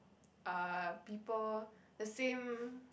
uh people the same